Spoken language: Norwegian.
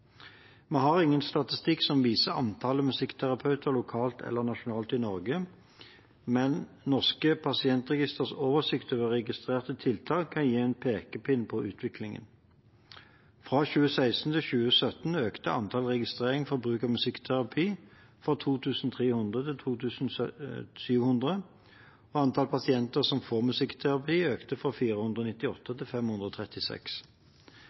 Vi har ingen statistikk som viser antall musikkterapeuter lokalt eller nasjonalt i Norge, men Norsk pasientregisters oversikt over registrerte tiltak kan gi en pekepinn på utviklingen. Fra 2016 til 2017 økte antall registreringer for bruk av musikkterapi fra 2 300 til 2 700, og antall pasienter som får musikkterapi, økte fra 498